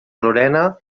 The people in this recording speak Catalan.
lorena